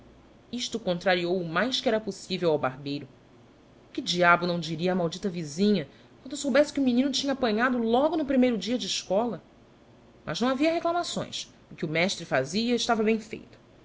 isto contrariou o mais que era possível ao barbeiro que diabo não diria a maldicta vizinha quando soubesse que o menino tinha apanhado logo no primeiro dia de escola mas não havia reclamações o queo mestre fazia estava bem feito